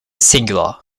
singular